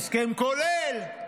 הסכם כולל,